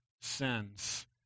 sins